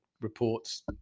reports